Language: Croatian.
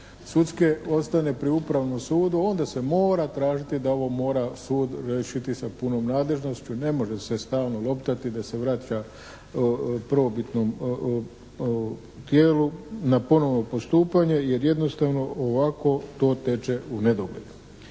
sudske ostane pri Upravnom sudu onda se mora tražiti da ovo mora sud riješiti sa punom nadležnošću. Ne može se stalno loptati da se vraća prvobitnom tijelu na ponovno postupanje jer jednostavno ovako to teče u nedogled.